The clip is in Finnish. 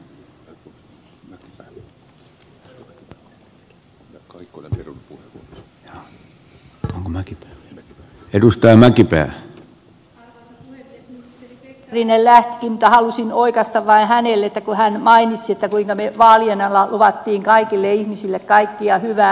ministeri pekkarinen lähtikin mutta halusin vain oikaista hänelle kun hän mainitsi kuinka me vaalien alla lupasimme kaikille ihmisille kaikkea hyvää